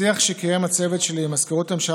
בשיח שקיים הצוות שלי עם מזכירות הממשלה